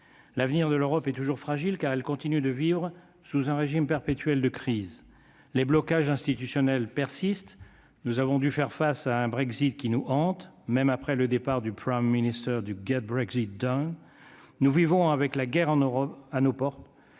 l'avenir de l'Europe est toujours fragile car elle continue de vivre sous un régime perpétuel de crise, les blocages institutionnels persiste, nous avons dû faire face à un Brexit qui nous hante, même après le départ du 1er minister du GATT Brexit dedans, nous vivons avec la guerre en Europe